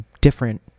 different